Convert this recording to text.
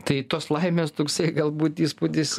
tai tos laimės toksai galbūt įspūdis